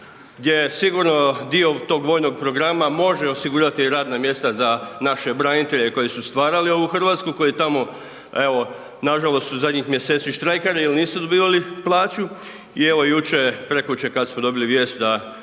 gdje sigurno dio tog vojnog programa može osigurati radna mjesta za naše branitelje koji su stvarali ovu RH, koji tamo evo nažalost su zadnjih mjeseci štrajkali jel nisu dobivali plaću i evo juče, prekjuče kad smo dobili vijest da